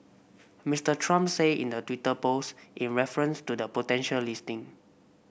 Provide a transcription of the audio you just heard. Mister Trump say in the Twitter post in reference to the potential listing